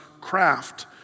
craft